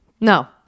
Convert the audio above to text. no